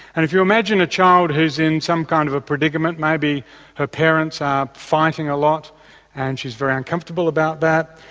and if you imagine a child who's in some kind of predicament, maybe her parents are fighting a lot and she's very uncomfortable about that,